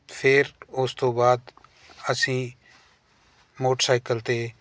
ਫਿਰ ਉਸ ਤੋਂ ਬਾਅਦ ਅਸੀਂ ਮੋਟਰਸਾਈਕਲ 'ਤੇ